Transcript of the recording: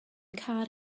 car